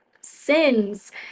sins